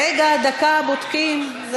סליחה, מישהו טעה, רגע, דקה, בודקים.